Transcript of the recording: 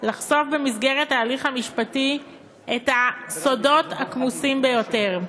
לחשוף במסגרת ההליך המשפטי את הסודות הכמוסים ביותר,